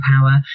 power